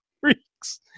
freaks